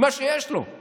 מה שיש לו הוא